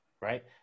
right